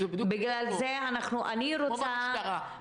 להוריד ואז לומר אין.